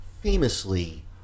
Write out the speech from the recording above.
famously